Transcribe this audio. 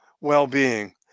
well-being